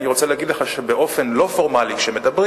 אני רוצה להגיד לך שבאופן לא פורמלי כשמדברים,